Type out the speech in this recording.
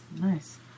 nice